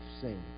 seen